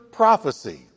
prophecy